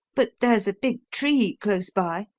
but there's a big tree close by,